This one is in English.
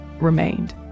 remained